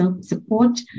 support